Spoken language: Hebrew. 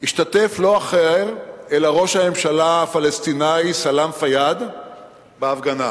השתתף לא אחר אלא ראש הממשלה הפלסטיני סלאם פיאד בהפגנה.